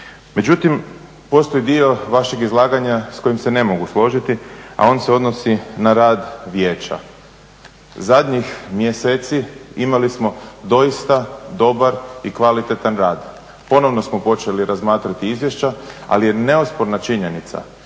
Međutim, postoji dio vašeg izlaganja s kojim se ne mogu složiti, a on se odnosi na rad vijeća. Zadnjih mjeseci imali smo doista dobar i kvalitetan rad. Ponovno smo počeli razmatrati izvješća, ali je neosporna činjenica